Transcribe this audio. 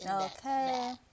Okay